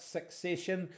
Succession